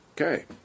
Okay